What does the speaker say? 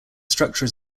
structure